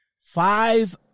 Five